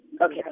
okay